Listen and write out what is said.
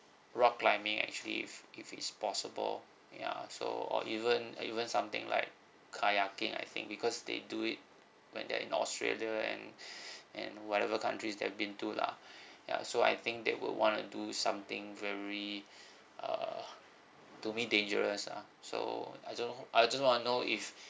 rock climbing actually if if it's possible ya so or even uh even something like kayaking I think because they do it when they're in australia and and whatever countries they've been to lah ya so I think they would want to do something very uh to me dangerous ah so I don't know I do not know if